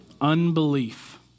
unbelief